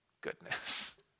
goodness